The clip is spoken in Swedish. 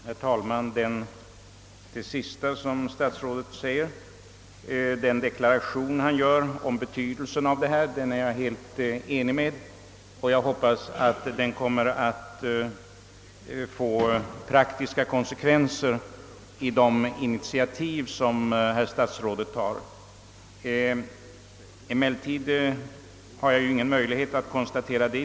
Herr talman! Jag är helt enig med statsrådets deklaration om betydelsen av denna fråga. Jag hoppas att den också skall få praktiska konsekvenser i de initiativ som herr statsrådet kommer att ta. Jag har emellertid ingen möjlighet att i dag konstatera detta.